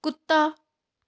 ਕੁੱਤਾ